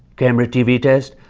camera, tv test.